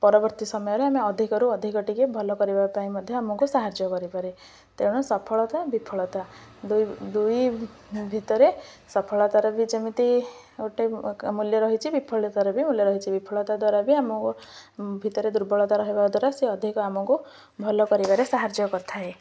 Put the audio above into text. ପରବର୍ତ୍ତୀ ସମୟରେ ଆମେ ଅଧିକରୁ ଅଧିକ ଟିକେ ଭଲ କରିବା ପାଇଁ ମଧ୍ୟ ଆମକୁ ସାହାଯ୍ୟ କରିପାରେ ତେଣୁ ସଫଳତା ବିଫଳତା ଦୁଇ ଦୁଇ ଭିତରେ ସଫଳତାର ବି ଯେମିତି ଗୋଟେ ମୂଲ୍ୟ ରହିଛି ବିଫଳତାର ବି ମୂଲ୍ୟ ରହିଛି ବିଫଳତା ଦ୍ୱାରା ବି ଆମକୁ ଭିତରେ ଦୁର୍ବଳତା ରହିବା ଦ୍ୱାରା ସେ ଅଧିକ ଆମକୁ ଭଲ କରିବାରେ ସାହାଯ୍ୟ କରିଥାଏ